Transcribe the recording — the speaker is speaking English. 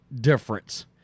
difference